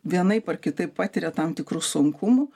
vienaip ar kitaip patiria tam tikrų sunkumų